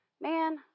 Man